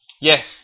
Yes